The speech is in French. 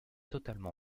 totalement